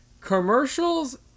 commercials